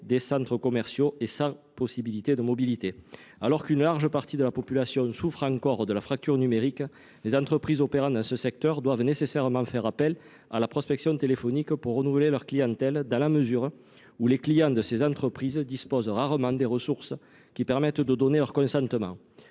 des centres commerciaux et sans possibilité de mobilité. Alors qu'une large partie de la population souffre encore de la fracture numérique, les entreprises opérantes dans ce secteur doivent nécessairement faire appel à la prospection téléphonique pour renouveler leur clientèle, dans la mesure où les clients de ces entreprises disposent rarement des ressources qui permettent de donner leur consentement.